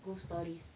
ghost stories